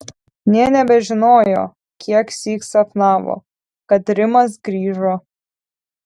nė nebežinojo kieksyk sapnavo kad rimas grįžo